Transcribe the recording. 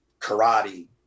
karate